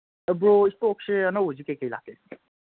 bro ꯏꯁꯇꯣꯛꯁꯦ ꯑꯅꯧꯕꯁꯦ ꯀꯔꯤ ꯀꯔꯤ ꯂꯥꯛꯀꯦ